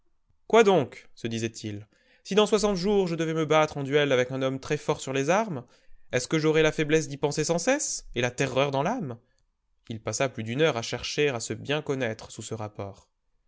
quoi donc se disait-il si dans soixante jours je devais me battre en duel avec un homme très fort sur les armes est-ce que j'aurais la faiblesse d'y penser sans cesse et la terreur dans l'âme il passa plus d'une heure à chercher à se bien connaître sous ce rapport